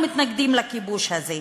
אנחנו מתנגדים לכיבוש הזה.